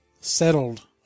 settled